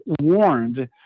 warned